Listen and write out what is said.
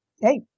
hey